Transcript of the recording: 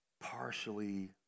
partially